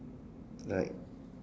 right